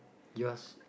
you ask